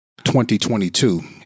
2022